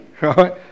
right